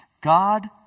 God